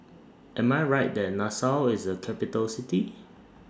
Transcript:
Am I Right that Nassau IS A Capital City